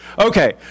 Okay